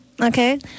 Okay